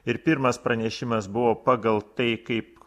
ir pirmas pranešimas buvo pagal tai kaip